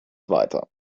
weiter